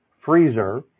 freezer